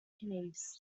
east